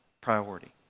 priority